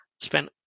spent